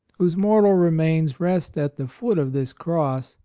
whose mortal re mains rest at the foot of this cross,